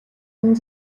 энэ